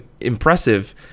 impressive